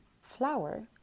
flower